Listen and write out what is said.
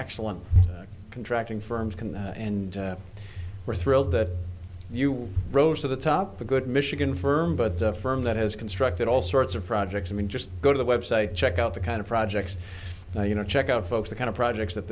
excellent contracting firms can and we're thrilled that you rose to the top the good michigan firm but the firm that has constructed all sorts of projects i mean just go to the website check out the kind of projects now you know check out folks the kind of projects that